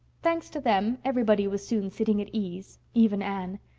thanks to them, everybody was soon sitting at ease, even anne.